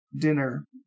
dinner